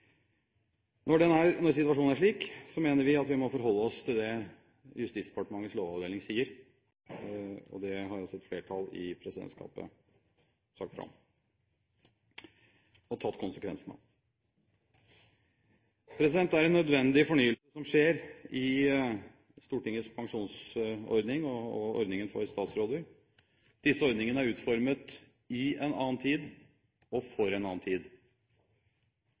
Når situasjonen er slik, mener vi at vi må forholde oss til det Justisdepartementets lovavdeling sier. Det har et flertall i presidentskapet sagt fra om og tatt konsekvensen av. Det er en nødvendig fornyelse som skjer i Stortingets pensjonsordning og ordningen for statsråder. Disse ordningene er utformet i en annen tid og for en annen tid.